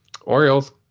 Orioles